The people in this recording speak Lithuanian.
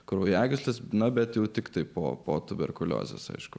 kraujagyslės būna bet tiktai po tuberkuliozės aišku